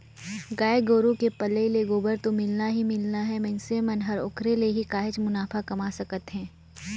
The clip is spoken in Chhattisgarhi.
गाय गोरु के पलई ले गोबर तो मिलना ही मिलना हे मइनसे मन ह ओखरे ले ही काहेच मुनाफा कमा सकत हे